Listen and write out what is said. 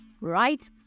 Right